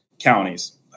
counties